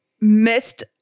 missed